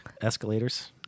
Escalators